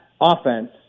offense